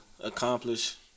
Accomplish